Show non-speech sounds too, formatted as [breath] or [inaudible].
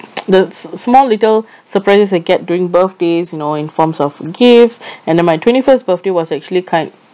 [noise] the s~ small little [breath] surprises I get during birthdays you know in forms of gifts [breath] and then my twenty first birthday was actually kind